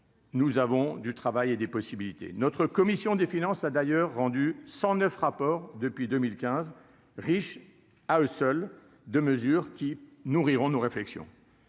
nous avons du travail et des possibilités notre commission des finances, a d'ailleurs rendu 109 rapports depuis 2015 riche à eux seuls de mesures qui nourriront nos réflexions.